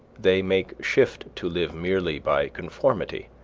they make shift to live merely by conformity,